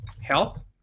Health